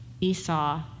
Esau